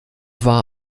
war